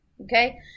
okay